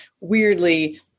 weirdly